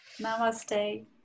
Namaste